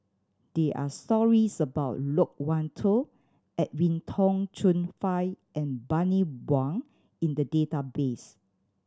there are stories about Loke Wan Tho Edwin Tong Chun Fai and Bani Buang in the database